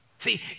See